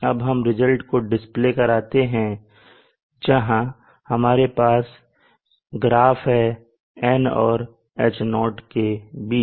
अब हम रिजल्ट को डिस्प्ले कराते हैं जहां हमारे पास ग्राफ है N और H0 के बीच